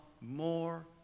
more